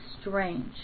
strange